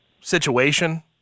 situation